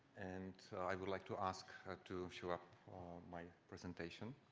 and i would like to ask ah to show up my presentation.